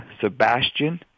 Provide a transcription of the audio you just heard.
Sebastian